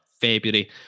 February